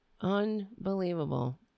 Unbelievable